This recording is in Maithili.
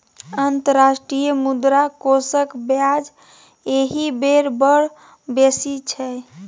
अंतर्राष्ट्रीय मुद्रा कोषक ब्याज एहि बेर बड़ बेसी छै